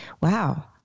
Wow